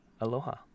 Aloha